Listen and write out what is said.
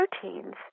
proteins